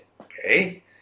Okay